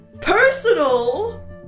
Personal